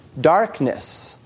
darkness